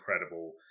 incredible